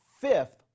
fifth